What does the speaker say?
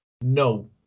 No